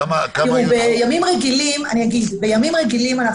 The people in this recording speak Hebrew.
כמה היו --- בימים רגילים אנחנו שומעים